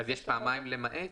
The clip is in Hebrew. יש פעמיים "למעט"?